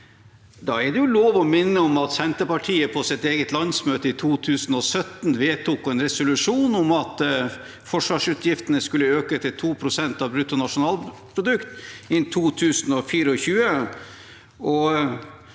Da er det lov å minne om at Senterpartiet på sitt eget landsmøte i 2017 vedtok en resolusjon om at forsvarsutgiftene skulle øke til 2 pst. av brutto nasjonalprodukt innen 2024,